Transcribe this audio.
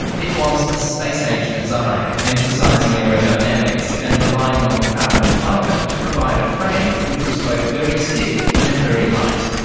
it was a space-age design, emphasising aerodynamics and relying on carbon fibre to provide a frame which was both very stiff, and very light.